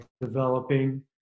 developing